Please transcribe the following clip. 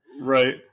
right